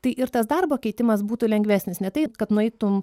tai ir tas darbo keitimas būtų lengvesnis ne tai kad nueitum